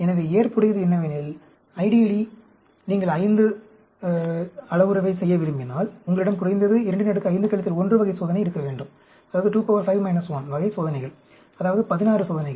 எனவே ஏற்புடையது என்னவெனில் நீங்கள் 5 அளவுருவை செய்ய விரும்பினால் உங்களிடம் குறைந்தது 25 1 வகை சோதனை இருக்க வேண்டும் அதாவது 16 சோதனைகள்